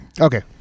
Okay